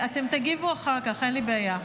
תגיבו אחר כך, אין לי בעיה.